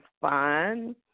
fine